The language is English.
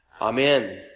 Amen